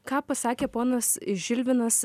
ką pasakė ponas žilvinas